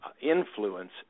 influence